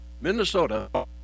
Minnesota